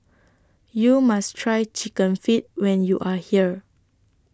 YOU must Try Chicken Feet when YOU Are here